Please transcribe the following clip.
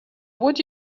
would